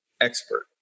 expert